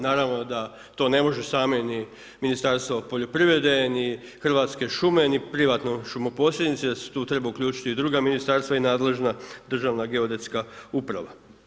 Naravno da to ne može samo ni Ministarstvo poljoprivrede, ni Hrvatske šume, ni privatni šumoposjednici, da se tu trebaju uključiti i druga ministarstva i nadležna Državna geodetska uprava.